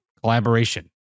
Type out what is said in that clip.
collaboration